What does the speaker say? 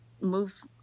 move